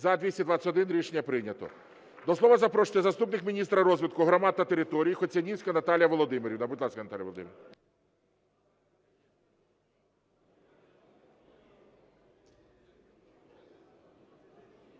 За-221 Рішення прийнято. До слова запрошується заступник міністра розвитку громад та територій Хоцянівська Наталія Володимирівна. Будь ласка, Наталія Володимирівна.